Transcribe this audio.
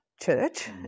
church